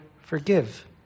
forgive